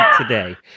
today